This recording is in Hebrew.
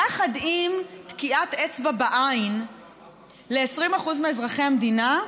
יחד עם תקיעת אצבע בעין ל-20% מאזרחי המדינה,